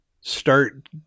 start